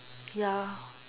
ya